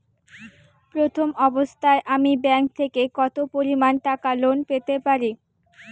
প্রথম অবস্থায় আমি ব্যাংক থেকে কত পরিমান টাকা লোন পেতে পারি?